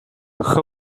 không